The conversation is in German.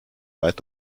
weit